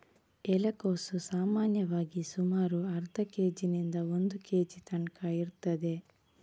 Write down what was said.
ಎಲೆಕೋಸು ಸಾಮಾನ್ಯವಾಗಿ ಸುಮಾರು ಅರ್ಧ ಕೇಜಿನಿಂದ ಒಂದು ಕೇಜಿ ತನ್ಕ ಇರ್ತದೆ